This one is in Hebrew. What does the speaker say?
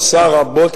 עשה רבות,